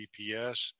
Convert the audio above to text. GPS